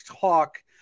talk